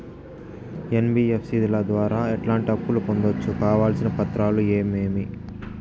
NBFC ల ద్వారా ఎట్లాంటి అప్పులు పొందొచ్చు? కావాల్సిన పత్రాలు ఏమేమి?